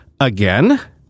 again